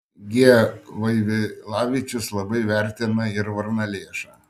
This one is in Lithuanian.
g vaivilavičius labai vertina ir varnalėšą